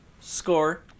Score